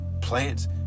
Plants